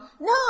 no